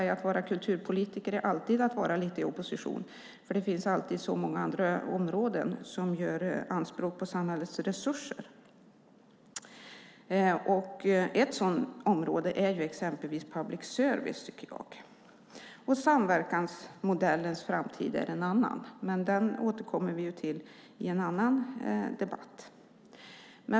Att vara kulturpolitiker är alltid att vara lite i opposition eftersom det alltid finns så många andra områden som gör anspråk på samhällets resurser. Ett sådant område är public service, och samverkansmodellens framtid är ett annat. Den återkommer vi till i en annan debatt.